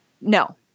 no